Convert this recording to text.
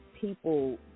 people